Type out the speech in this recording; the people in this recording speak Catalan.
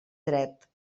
dret